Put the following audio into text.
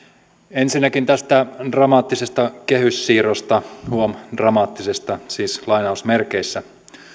ensinnäkin tästä dramaattisesta kehyssiirrosta huom dramaattisesta siis lainausmerkeissä